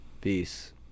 peace